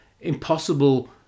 impossible